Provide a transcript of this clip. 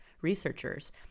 researchers